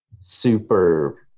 super